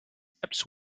steps